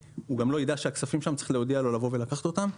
הוא גם לא ידע שהכספים שם אלא צריך להודיע לו לבוא ולקחת אותם.